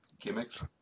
gimmicks